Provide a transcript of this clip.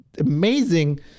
amazing